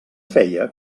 feia